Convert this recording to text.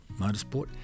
Motorsport